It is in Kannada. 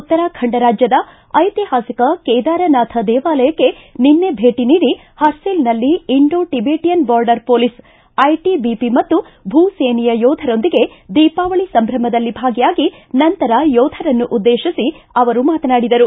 ಉತ್ತರಾಖಂಡ ರಾಜ್ಯದ ಐತಿಹಾಸಿಕ ಕೇದಾರನಾಥ ದೇವಾಲಯಕ್ಕೆ ನಿನ್ನೆ ಭೇಟ ನೀಡಿ ಹರ್ಸಿಲ್ನಲ್ಲಿ Indo Tibetan border police ITBP ಮತ್ತು ಭೂ ಸೇನೆಯ ಯೋಧರೊಂದಿಗೆ ದೀಪಾವಳಿ ಸಂಭ್ರಮದಲ್ಲಿ ಭಾಗಿಯಾಗಿ ನಂತರ ಯೋಧರನ್ನು ಉದ್ದೇತಿಸಿ ಅವರು ಮಾತನಾಡಿದರು